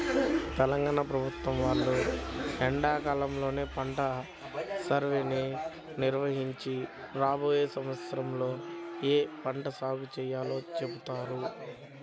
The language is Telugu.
తెలంగాణ ప్రభుత్వం వాళ్ళు ఎండాకాలంలోనే పంట సర్వేని నిర్వహించి రాబోయే సంవత్సరంలో ఏ పంట సాగు చేయాలో చెబుతారు